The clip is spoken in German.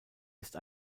ist